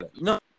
no